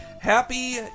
happy